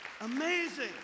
Amazing